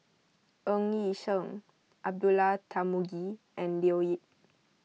Ng Yi Sheng Abdullah Tarmugi and Leo Yip